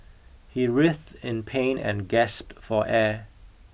he writhed in pain and gasped for air